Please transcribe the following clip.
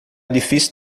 difícil